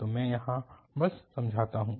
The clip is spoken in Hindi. तो मैं यहाँ बस समझाता हूँ